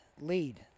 lead